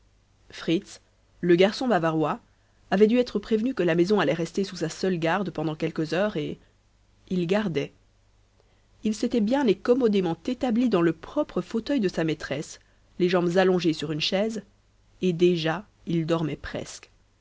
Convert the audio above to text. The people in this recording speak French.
fritz le garçon bavarois avait dû être prévenu que la maison allait rester sous sa seule garde pendant quelques heures et il gardait il s'était bien et commodément établi dans le propre fauteuil de sa patronne les jambes allongées sur une chaise et déjà il dormait presque